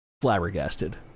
flabbergasted